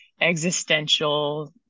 existential